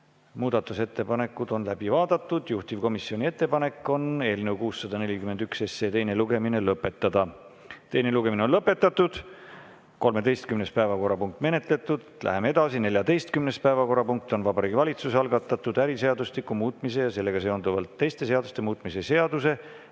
Muudatusettepanekud on läbi vaadatud ja juhtivkomisjoni ettepanek on eelnõu 641 teine lugemine lõpetada. Teine lugemine on lõpetatud ja 13. päevakorrapunkt on menetletud. Läheme edasi. 14. päevakorrapunkt on Vabariigi Valitsuse algatatud äriseadustiku muutmise ja sellega seonduvalt teiste seaduste muutmise seaduse